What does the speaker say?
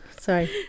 Sorry